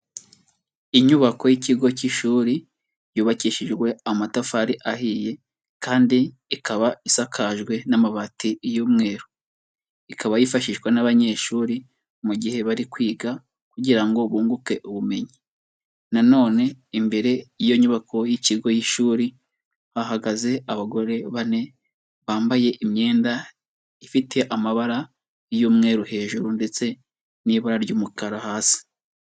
Inyubako y'ikigo cy'ishuri, yubakishijwe amatafari ahiye, kandi ikaba isakajwe n'amabati y'umweru, ikaba yifashishwa n'abanyeshuri mu gihe bari kwiga kugira ngo bunguke ubumenyi, na none imbere y'iyo nyubako y'ikigo y'ishuri hahagaze abagore bane, bambaye imyenda ifite amabara y'umweru hejuru, ndetse n'ibara ry'umukara hasi.